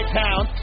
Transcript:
town